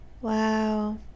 Wow